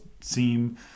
seem